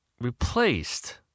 replaced